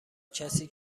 کسی